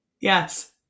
Yes